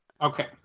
okay